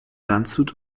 landshut